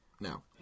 now